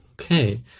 Okay